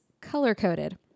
color-coded